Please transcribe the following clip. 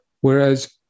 Whereas